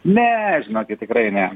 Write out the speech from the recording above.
ne žinokit tikrai ne